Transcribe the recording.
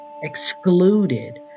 excluded